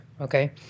okay